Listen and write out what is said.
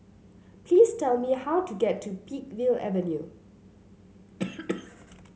please tell me how to get to Peakville Avenue